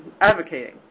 advocating